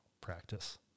practice